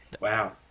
Wow